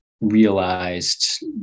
realized